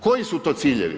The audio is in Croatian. Koji su to ciljevi?